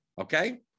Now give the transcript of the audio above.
okay